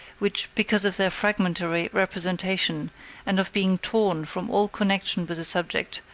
which, because of their fragmentary representation and of being torn from all connection with the subject,